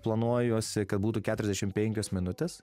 planuojuosi kad būtų keturiasdešimt penkios minutės